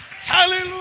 Hallelujah